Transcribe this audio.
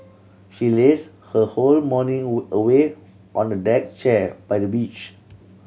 she lazed her whole morning away on a deck chair by the beach